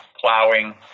plowing